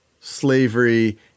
slavery